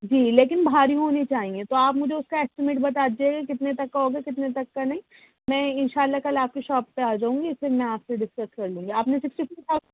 جی لیکن بھاری ہونے چاہئے تو آپ مجھے اس کا اسٹیمٹ بتا دیجیے گا کہ کتنے تک کا ہوگا کتنے تک کا نہیں میں ان شاء اللہ کل آپ کی شاپ پہ آجاؤں گی پھر میں آپ سے ڈسکس کر لوں گی آپ نے